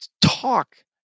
talk